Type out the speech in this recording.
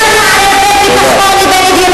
ציון, אל תגיב לה.